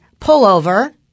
pullover